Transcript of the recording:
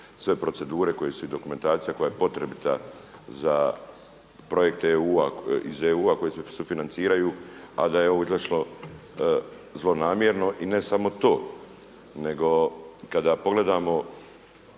sve procedure koje su i dokumentacija koja je potrebita za projekte iz EU-a koji se sufinanciraju a da je ovo izašlo zlonamjerno. I ne samo to nego kada pogledamo